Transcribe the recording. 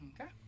Okay